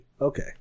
Okay